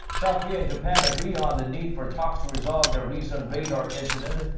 south korea and japan agree on the need for talks to resolve their recent radar incident.